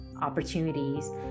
opportunities